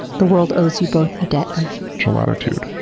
the world owes you both a debt of gelatitude.